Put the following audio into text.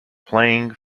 playing